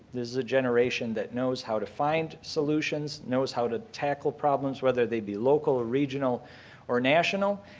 this is a generation that knows how to find solutions, knows how to tackle problems, whether they be local or regional or national.